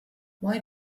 why